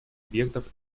объектов